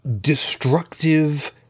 destructive